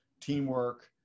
teamwork